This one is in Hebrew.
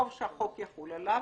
חוב שהחוק יחול עליו,